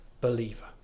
believer